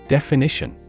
Definition